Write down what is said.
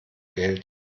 geld